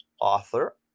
author